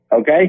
Okay